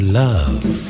love